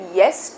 yes